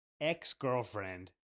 ex-girlfriend